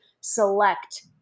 select